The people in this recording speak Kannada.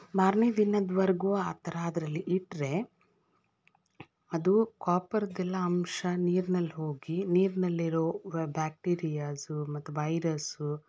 ಮಾರನೇ ದಿನದವರ್ಗೂ ಆ ಥರ ಅದರಲ್ಲಿ ಇಟ್ಟರೆ ಅದು ಕಾಪರ್ದೆಲ್ಲ ಅಂಶ ನೀರ್ನಲ್ಲಿ ಹೋಗಿ ನೀರಿನಲ್ಲಿರೋ ಬ್ಯಾಕ್ಟೀರಿಯಾಸು ಮತ್ತು ವೈರಸು